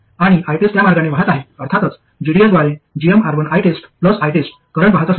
आणि ITEST त्या मार्गाने वाहत आहे अर्थातच gds द्वारे gmR1ITEST ITEST करंट वाहत असेल